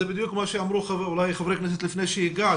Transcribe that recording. זה בדיוק מה שאמרו חברי כנסת אולי לפני שהגעת,